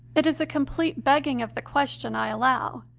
it is a complete begging of the question, i allow,